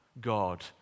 God